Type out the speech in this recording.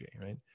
right